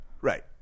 right